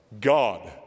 God